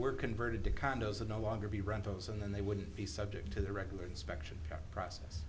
were converted to condos and no longer be rentals and they would be subject to the regular inspection process